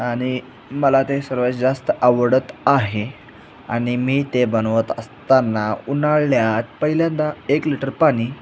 आणि मला ते सर्वात जास्त आवडत आहे आणि मी ते बनवत असताना उन्हाळल्यात पहिल्यांदा एक लिटर पाणी